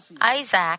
Isaac